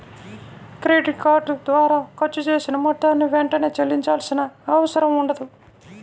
credit card ద్వారా ఖర్చు చేసిన మొత్తాన్ని వెంటనే చెల్లించాల్సిన అవసరం ఉండదు